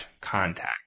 contact